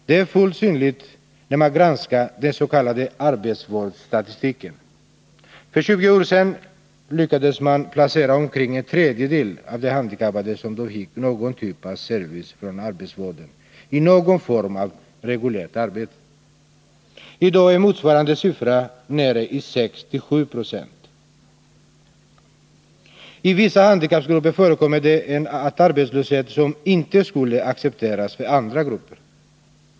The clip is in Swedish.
Det framgår tydligt av den s.k. arbetsvårdsstatistiken. För 20 år sedan lyckades man placera omkring en tredjedel av de handikappade, som då fick någon typ av service från arbetsvården i någon form av reguljärt arbete. I dag är motsvarande antal nere i 6-7 Ze. I vissa handikappgrupper förekommer det en arbetslöshet som inte skulle accepteras för andra grupper.